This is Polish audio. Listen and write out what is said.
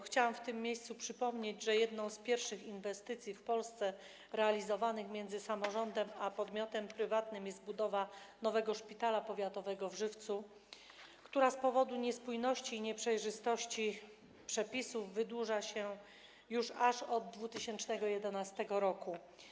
Chciałam w tym miejscu przypomnieć, że jedną z pierwszych inwestycji w Polsce realizowanych przez samorząd i podmiot prywatny jest budowa nowego Szpitala Powiatowego w Żywcu, która z powodu niespójności i nieprzejrzystości przepisów wydłuża się od 2011 r.